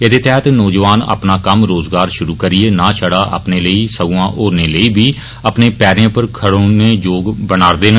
ऐह्दे तैहत नौजवान अपना कम्म रोज़गार षुरु करियै नां छड़ा अपने लेई सगुआं होरने लेई बी अपने पैरें पर खड़ोने जोग बनान्दे न